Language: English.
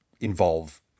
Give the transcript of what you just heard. involve